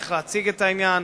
איך להציג את העניין,